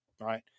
right